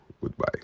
Goodbye